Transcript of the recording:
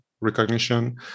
recognition